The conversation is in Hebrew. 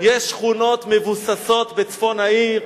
יש שכונות מבוססות בצפון העיר.